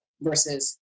versus